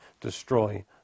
destroy